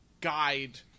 guide